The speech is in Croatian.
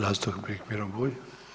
zastupnik Miro Bulj.